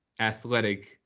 athletic